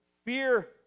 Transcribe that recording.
Fear